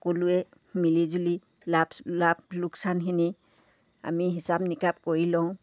সকলোৱে মিলিজুলি লাভ লাভ লোকচানখিনি আমি হিচাপ নিকাপ কৰি লওঁ